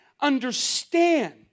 understand